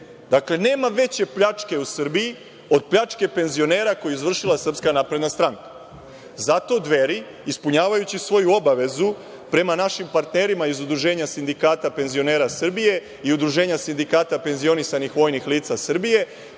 godine. Nema veće pljačke u Srbiji od pljačke penzionera, koju je izvršila SNS.Zato Dveri, ispunjavajući svoju obavezu prema našim partnerima iz Udruženja sindikata penzionera Srbije i Udruženja sindikata penzionisanih vojnih lica Srbije,